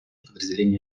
подразделения